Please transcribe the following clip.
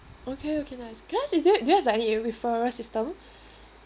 okay okay nice can I ask is there do you have like any referral system